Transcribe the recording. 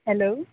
hello